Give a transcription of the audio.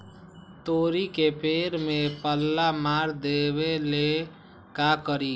तोड़ी के पेड़ में पल्ला मार देबे ले का करी?